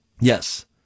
Yes